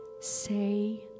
Say